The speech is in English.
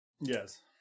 Yes